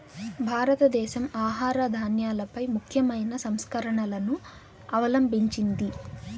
భారతదేశం ఆహార ధాన్యాలపై ముఖ్యమైన సంస్కరణలను అవలంభించింది